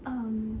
um